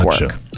work